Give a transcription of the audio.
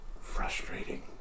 frustrating